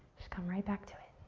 just come right back to